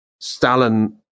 Stalin